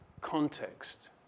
context